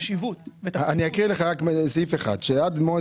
אני אקריא סעיף אחד מדוח המבקר: עד מועד